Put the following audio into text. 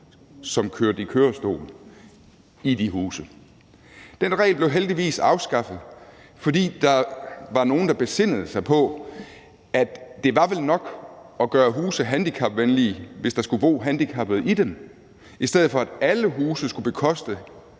som kørte i kørestol, i de huse. Den regel blev heldigvis afskaffet, fordi der var nogle, der besindede sig på, at det var vel nok at gøre huse handicapvenlige, hvis der skulle bo handicappede i dem, i stedet for at alle huse skulle bekoste